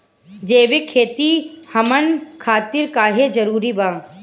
जैविक खेती हमन खातिर काहे जरूरी बा?